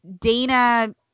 dana